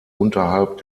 unterhalb